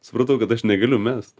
supratau kad aš negaliu mest